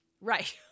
Right